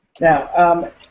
now